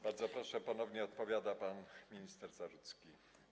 Bardzo proszę, ponownie odpowiada pan minister Zarudzki.